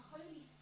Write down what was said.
Holy